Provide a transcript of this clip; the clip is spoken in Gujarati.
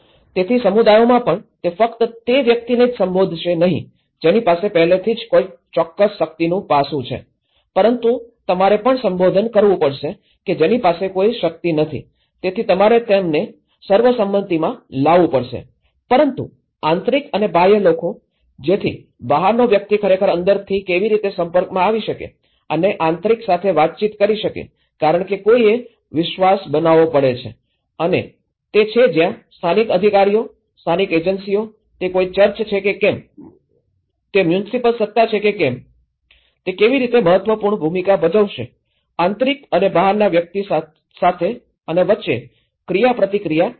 તેથી સમુદાયોમાં પણ તે ફક્ત તે વ્યક્તિને જ સંબોધશે નહીં જેની પાસે પહેલેથી જ ચોક્કસ શક્તિનું પાસું છે પરંતુ તમારે પણ સંબોધન કરવું પડશે કે જેની પાસે કોઈ શક્તિ નથી તેથી તમારે તેમને સર્વસંમતિમાં લાવવું પડશે પરંતુ આંતરિક અને બાહ્ય લોકો જેથી બહારનો વ્યક્તિ ખરેખર અંદરથી કેવી રીતે સંપર્કમાં આવી શકે અને આંતરિક સાથે વાતચીત કરી શકે કારણ કે કોઈએ વિશ્વાસ બનાવવો પડે છે અને તે તે છે જ્યાં સ્થાનિક અધિકારીઓ સ્થાનિક એજન્સીઓ તે કોઈ ચર્ચ છે કે કેમ તે મ્યુનિસિપલ સત્તા છે કે કેમ તે કેવી રીતે મહત્વપૂર્ણ ભૂમિકા ભજવશે આંતરિક અને બહારના વ્યક્તિ વચ્ચે ક્રિયાપ્રતિક્રિયા લાવવી